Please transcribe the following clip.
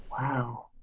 Wow